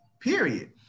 period